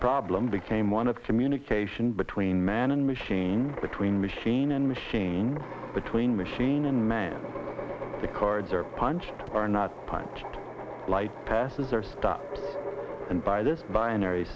problem became one of communication between man and machine between machine and machine between machine and man the cards are punched are not punched light passes are stopped and by this binary